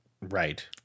Right